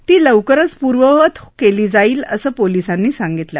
ती लवकरच पूर्ववत कल्ली जाईल असं पोलिसांनी सांगितलं